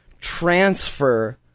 transfer